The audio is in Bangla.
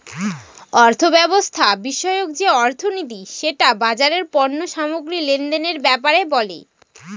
অর্থব্যবস্থা বিষয়ক যে অর্থনীতি সেটা বাজারের পণ্য সামগ্রী লেনদেনের ব্যাপারে বলে